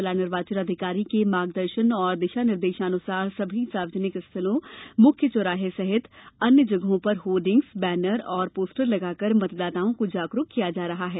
जिला निर्वाचन अधिकारी के मार्गदर्शन और दिशा निर्देशानुसार सभी सार्वजनिक स्थालों मुख्य चौराहा सहित अन्य जगहों पर होर्डिग्स बैनर और पोस्टर लगाकर मतदाताओं को जागरूक किया जा रहा है